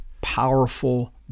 powerful